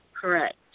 Correct